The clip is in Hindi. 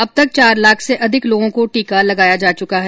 अब तक चार लाख से अधिक लोगों को टीका लगाया जा चुका है